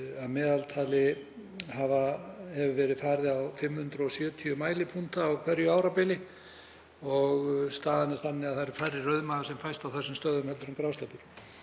Að meðaltali hefur verið farið á 570 mælipunkta á hverju árabili og staðan er þannig að það fást færri rauðmagar á þessum stöðvum en grásleppur,